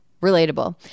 relatable